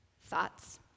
thoughts